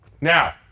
Now